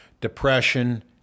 depression